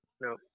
No